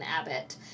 Abbott